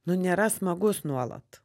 nu nėra smagus nuolat